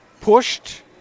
pushed